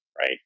right